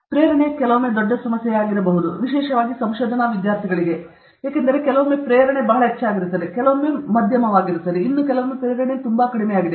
ಪ್ರೇರಣೆ ಕೆಲವೊಮ್ಮೆ ದೊಡ್ಡ ಸಮಸ್ಯೆಯಾಗಿರಬಹುದು ವಿಶೇಷವಾಗಿ ಸಂಶೋಧನಾ ವಿದ್ಯಾರ್ಥಿಗಳಿಗೆ ಏಕೆಂದರೆ ಕೆಲವೊಮ್ಮೆ ಪ್ರೇರಣೆ ಬಹಳ ಹೆಚ್ಚಾಗಿರುತ್ತದೆ ಕೆಲವೊಮ್ಮೆ ಪ್ರೇರಣೆ ಮಧ್ಯಮವಾಗಿರುತ್ತದೆ ಕೆಲವೊಮ್ಮೆ ಪ್ರೇರಣೆ ತುಂಬಾ ಕಡಿಮೆಯಾಗಿದೆ